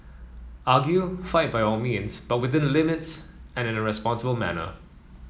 argue fight by all means but within limits and in a responsible manner